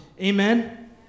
Amen